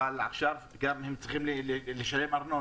אבל תקופה זו עברה ועכשיו הם שוב צריכים לשלם גם ארנונה.